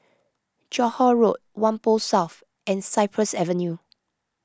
Johore Road Whampoa South and Cypress Avenue